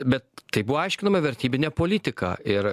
bet tai buvo aiškinama vertybine politika ir